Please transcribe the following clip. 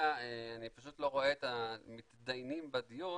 אני לא רואה את המתדיינים בדיון,